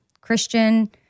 Christian